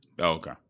okay